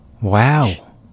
Wow